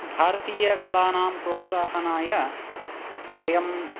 भारतीयकलानां प्रोत्साहनाय वयम्